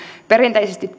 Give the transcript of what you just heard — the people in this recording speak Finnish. perinteisesti